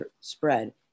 spread